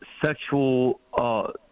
sexual